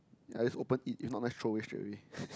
I just open eat if not nice throw away straight away